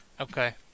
Okay